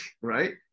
right